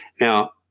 Now